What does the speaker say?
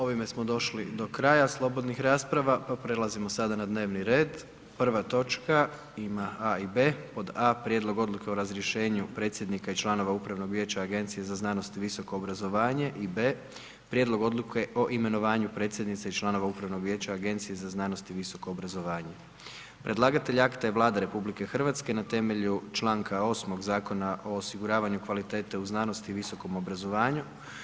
Ovime smo došli do kraja slobodnih rasprava, pa prelazimo sada na dnevni red, prva točka ima A i B: a) Prijedlog odluke o razriješenu predsjednika i članova Upravnog vijeća Agencije za znanost i visoko obrazovanje a) Prijedlog odluke o imenovanju predsjednice i članova Upravnog vijeća Agencije za znanost i visoko obrazovanje Predlagatelj akta je Vlada Republike Hrvatske na temelju čl. 8. Zakona o osiguravanja kvalitete u znanosti i visokom obrazovanju.